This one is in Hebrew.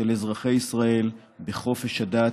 של אזרחי ישראל בחופש הדת,